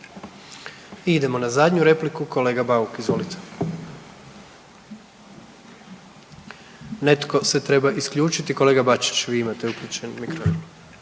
idemo na zadnju repliku. Kolega Bauk izvolite. Netko se treba isključiti. Kolega Bačić vi imate uključen mikrofon.